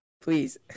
Please